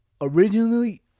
originally